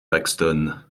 paxton